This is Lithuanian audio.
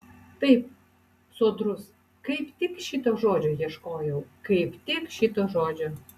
taip sodrus kaip tik šito žodžio ieškojau kaip tik šito žodžio